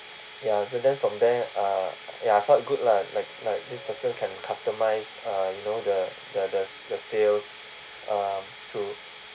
ya so then from there uh I felt good lah like like this person can customise uh you know the the the the sales uh to